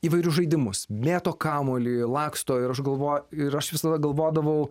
įvairius žaidimus mėto kamuolį laksto ir aš galvoju ir aš visada galvodavau